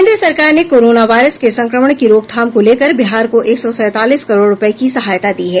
केंद्र सरकार ने कोरोना वायरस के संक्रमण की रोकथाम को लेकर बिहार को एक सौ सैंतालीस करोड़ रूपये की सहायता दी है